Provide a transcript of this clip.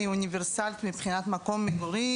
הוא אוניברסלי מבחינת מקום מגורים,